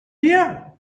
here